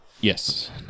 Yes